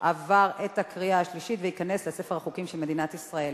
עבר בקריאה שלישית וייכנס לספר החוקים של מדינת ישראל.